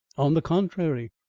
on the contrary,